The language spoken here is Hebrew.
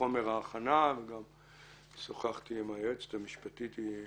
חומר ההכנה וגם שוחחתי עם היועצת המשפטית.